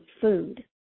food